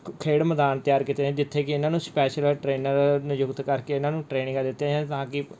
ਖੇਡ ਮੈਦਾਨ ਤਿਆਰ ਕੀਤੇ ਨੇ ਜਿੱਥੇ ਕਿ ਇਹਨਾਂ ਨੂੰ ਸਪੈਸ਼ਲ ਟ੍ਰੇਨਰ ਨਿਯੁਕਤ ਕਰਕੇ ਇਹਨਾਂ ਨੂੰ ਟ੍ਰੇਨਿੰਗਾਂ ਦਿੱਤੀਆਂ ਜਾਣ ਤਾਂ ਕਿ